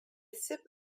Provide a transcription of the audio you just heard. sip